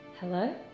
Hello